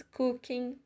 cooking